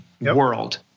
world